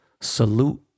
salute